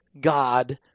God